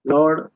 Lord